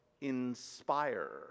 inspire